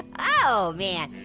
oh, man.